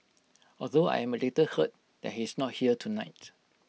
although I am A little hurt that he's not here tonight